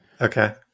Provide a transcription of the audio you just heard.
Okay